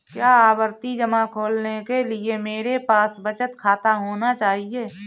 क्या आवर्ती जमा खोलने के लिए मेरे पास बचत खाता होना चाहिए?